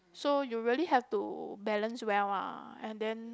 so you really have to balance well uh and then